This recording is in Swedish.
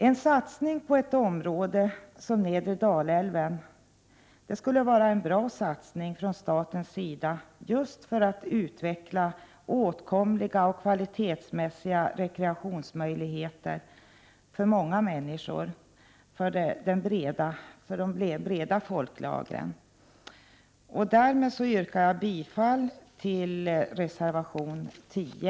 En satsning på ett område som nedre Dalälven skulle vara en bra satsning från statens sida just för att utveckla åtkomliga och kvalitetsmässiga rekreationsmöjligheter för många människor, för de breda folklagren. Därmed yrkar jag bifall till reservation 10.